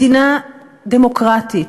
מדינה דמוקרטית,